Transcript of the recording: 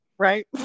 Right